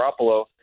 Garoppolo